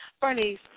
Bernice